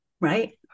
right